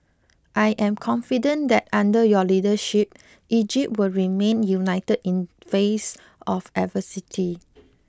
I am confident that under your leadership Egypt will remain united in face of adversity